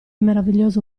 meraviglioso